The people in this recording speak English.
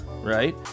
right